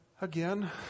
again